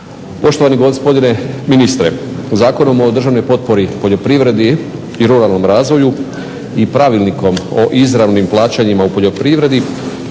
Poštovani gospodine ministre, Zakonom o državnoj potpori poljoprivredi i ruralnom razvoju i pravilnikom o izravnim plaćanjima u poljoprivredi,